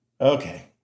Okay